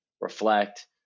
reflect